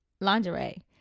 lingerie